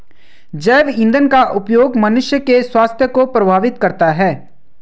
जैव ईंधन का उपयोग मनुष्य के स्वास्थ्य को प्रभावित करता है